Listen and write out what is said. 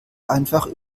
einfach